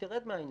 תרד מהעניין,